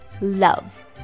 love